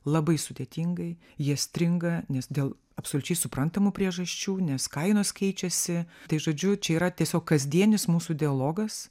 labai sudėtingai jie stringa nes dėl absoliučiai suprantamų priežasčių nes kainos keičiasi tai žodžiu čia yra tiesiog kasdienis mūsų dialogas